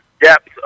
depth